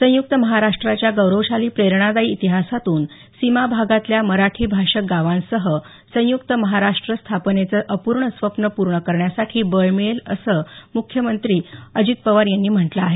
संयुक्त महाराष्ट्राच्या गौरवशाली प्रेरणादायी इतिहासातून सीमाभागातल्या मराठीभाषक गावांसह संयुक्त महाराष्ट्र स्थापनेचं अपूर्ण स्वप्न पूर्ण करण्यासाठी बळ मिळेल असं उपमुख्यमंत्री अजित पवार यांनी म्हटलं आहे